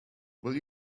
will